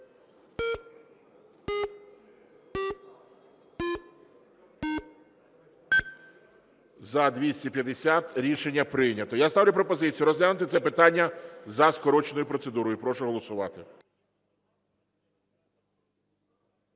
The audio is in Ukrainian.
За-250 Рішення прийнято. Я ставлю пропозицію розглянути це питання за скороченою процедурою. Прошу голосувати.